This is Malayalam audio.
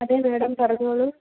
അതെ മാഡം പറഞ്ഞോളൂ